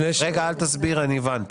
רגע, אל תסביר, אני הבנתי.